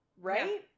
Right